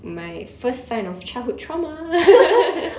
my first sign of childhood trauma